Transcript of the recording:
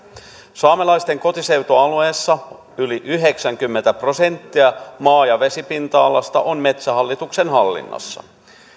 saamelaisten kotiseutualueella yli yhdeksänkymmentä prosenttia maa ja vesipinta alasta on metsähallituksen hallinnassa